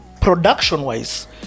production-wise